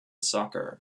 soccer